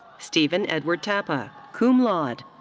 steven edward tappa, cum laude.